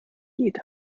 jede